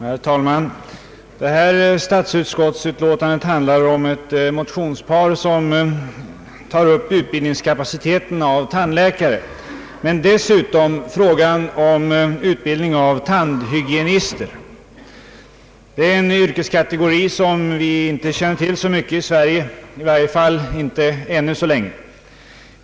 Herr talman! Det här statsutskottsutlåtandet behandlar ett motionspar som tar upp utbildningskapaciteten av tandläkare men dessutom frågan om utbildning av tandhygienister. Det är en yrkeskategori som vi inte känner till så mycket i Sverige, i varje fall inte ännu så länge.